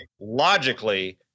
Logically